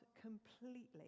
completely